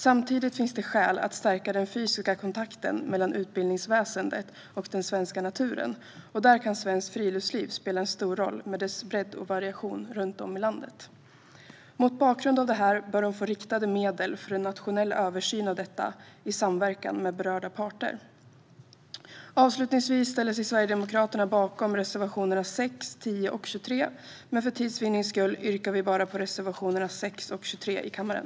Samtidigt finns det skäl att stärka den fysiska kontakten mellan utbildningsväsendet och den svenska naturen, och där kan Svenskt Friluftsliv spela en stor roll med dess bredd och variation runt om i landet. Mot bakgrund av det här bör de få riktade medel för en nationell översyn av detta i samverkan med berörda parter. Avslutningsvis ställer sig Sverigedemokraterna bakom reservationerna 6, 10 och 23, men för tids vinnande yrkar vi bara bifall till reservationerna 6 och 23 i kammaren.